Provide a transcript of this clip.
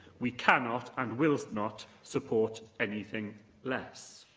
we cannot and will not support anything less.